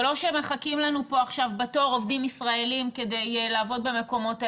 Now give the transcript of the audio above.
זה לא שמחכים לנו פה עכשיו בתור עובדים ישראלים כדי לעבוד במקומות האלה.